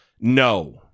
no